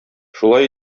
шулай